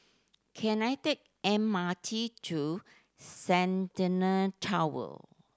can I take M R T to Centennial Tower